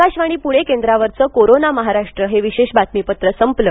आकाशवाणी पुणे केंद्रावरचं कोरोना महाराष्ट्र हे विशेष बातमीपत्र संपलं